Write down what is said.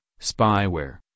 spyware